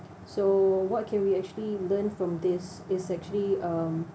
so what can we actually learn from this is actually um